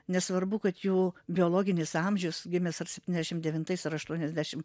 nesvarbu kad jų biologinis amžius gimęs septyniasdešim devintais ar aštuoniasdešim